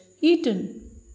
eaten